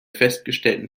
festgestellten